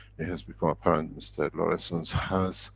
it has become apparent mr laureyssens has